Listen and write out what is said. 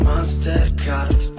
Mastercard